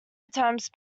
attempts